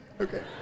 Okay